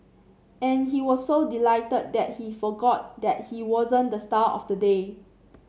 and he was so delighted that he forgot that he wasn't the star of the day